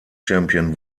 champion